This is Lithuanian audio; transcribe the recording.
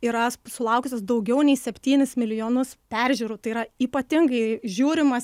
yra sulaukusios daugiau nei septynis milijonus peržiūrų tai yra ypatingai žiūrimas